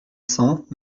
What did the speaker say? cent